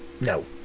No